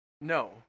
No